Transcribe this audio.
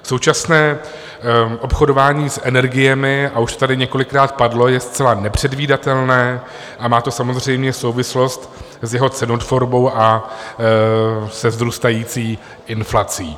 Současné obchodování s energiemi, a už to tady několikrát padlo, je zcela nepředvídatelné a má to samozřejmě souvislosti s jeho cenotvorbou a se vzrůstající inflací.